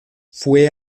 fue